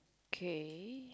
okay